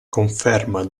conferma